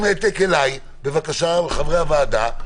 עם העתק אליי ולחברי הוועדה,